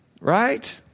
Right